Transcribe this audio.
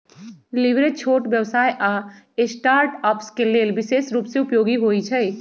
leverage छोट व्यवसाय आऽ स्टार्टअप्स के लेल विशेष रूप से उपयोगी होइ छइ